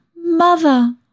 Mother